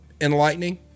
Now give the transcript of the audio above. enlightening